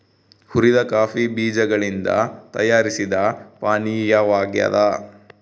ಹುರಿದ ಕಾಫಿ ಬೀಜಗಳಿಂದ ತಯಾರಿಸಿದ ಪಾನೀಯವಾಗ್ಯದ